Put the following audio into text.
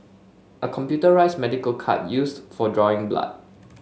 a computerised medical cart used for drawing blood